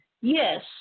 Yes